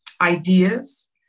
ideas